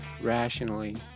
rationally